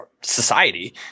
society